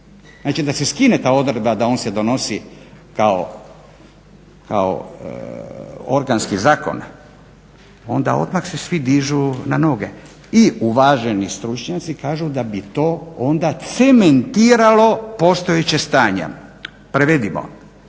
Znači, da se skine ta odredba da on se donosi kao organski zakon, onda odmah se svi dižu na noge i uvaženi stručnjaci kažu da bi to onda cementiralo postojeće stanje. Prevedimo.